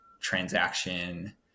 transaction